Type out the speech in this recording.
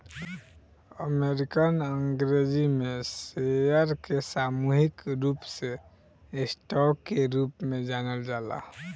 American Angrezi में share के सामूहिक रूप से स्टॉक के रूप में जानल जाला